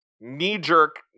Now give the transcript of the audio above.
knee-jerk